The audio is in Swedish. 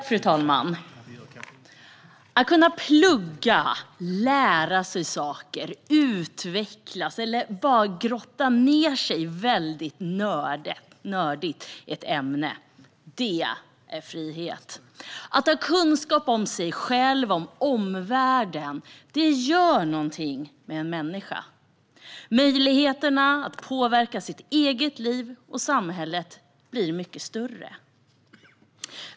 Fru talman! Att kunna plugga, lära sig saker, utvecklas eller bara grotta ned sig väldigt nördigt i ett ämne är frihet. Att ha kunskap om sig själv och om omvärlden gör någonting med en människa. Möjligheten att påverka sitt eget liv och samhället blir mycket större.